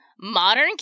Modern